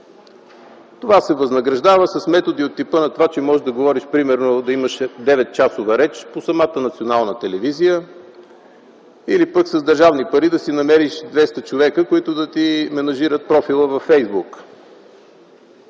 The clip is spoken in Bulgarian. Това се възнаграждава с методи от типа, че можеш, примерно, да имаш 9-часова реч по самата национална телевизия или пък с държавни пари да си намериш 200 човека, които да ти менажират профила във Фейсбук.